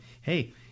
hey